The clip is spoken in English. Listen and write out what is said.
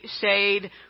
shade